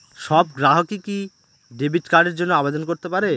সব গ্রাহকই কি ডেবিট কার্ডের জন্য আবেদন করতে পারে?